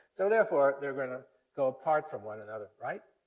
so, therefore they're going to go apart from one another, right?